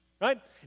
right